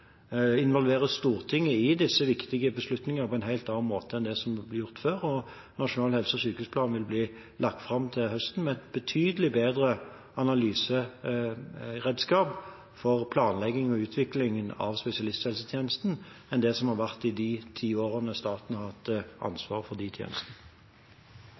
involverer Stortinget i disse viktige beslutningene på en helt annen måte enn det som er blitt gjort før, og Nasjonal helse- og sykehusplan vil bli lagt fram til høsten – et betydelig bedre analyseredskap for planlegging og utvikling av spesialisthelsetjenesten enn det som har vært i de ti årene staten har hatt ansvaret for de tjenestene.